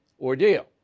ordeal